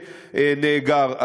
שנאגר,